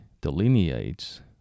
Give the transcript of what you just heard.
delineates